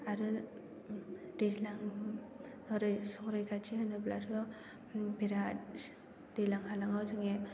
आरो दैज्लां ओरै सरायखाथि होनोब्लाथ' बिराथ दैलां हालाङाव जोंनि